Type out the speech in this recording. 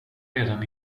redan